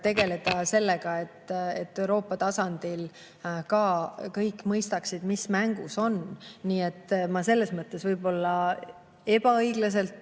tegeleda sellega, et Euroopa tasandil kõik mõistaksid, mis mängus on. Nii et ma võib-olla ebaõiglaselt